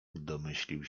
domyślił